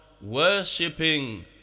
worshipping